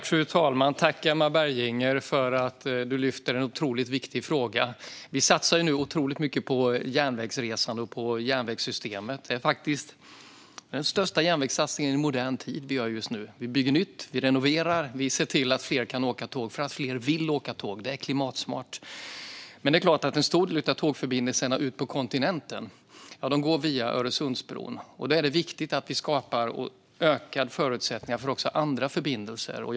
Fru talman! Tack, Emma Berginger, för att du lyfter upp en otroligt viktig fråga! Vi satsar nu otroligt mycket på järnvägsresande och på järnvägssystemet. Vi gör just nu den största järnvägssatsningen i modern tid. Vi bygger nytt, vi renoverar och vi ser till att fler kan åka tåg för att fler vill åka tåg, för det är klimatsmart. En stor del av tågförbindelserna ut på kontinenten går via Öresundsbron, och det är viktigt att vi ökar förutsättningarna för andra förbindelser också.